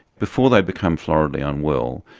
before they've become floridly unwell,